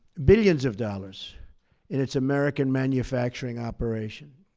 billions of dollars in its american manufacturing operation,